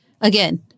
again